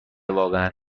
واقعا